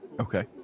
Okay